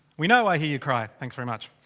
we know i hear you cry! thanks very much.